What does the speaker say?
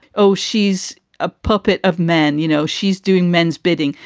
oh, she's a puppet of men. you know, she's doing men's bidding.